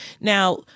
Now